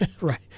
Right